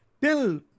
till